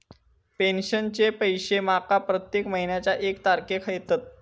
पेंशनचे पैशे माका प्रत्येक महिन्याच्या एक तारखेक येतत